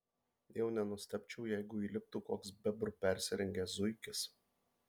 jau nenustebčiau jeigu įliptų koks bebru persirengęs zuikis